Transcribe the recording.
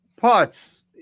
parts